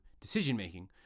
decision-making